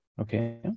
Okay